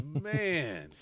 man